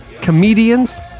comedians